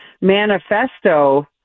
manifesto